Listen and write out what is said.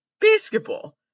Basketball